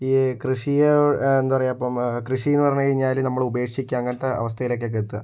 ഈ കൃഷിയെ എന്താ പറയുക അപ്പം ആ കൃഷിയെന്ന് പറഞ്ഞ് കഴിഞ്ഞാല് നമ്മള് ഉപേക്ഷിക്കുക അങ്ങനത്തെ അവസ്ഥയിലേക്കൊക്കെ എത്തുക